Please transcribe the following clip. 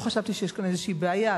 לא חשבתי שיש פה איזושהי בעיה,